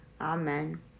Amen